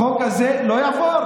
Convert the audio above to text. החוק הזה לא יעבור